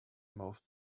most